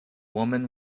woman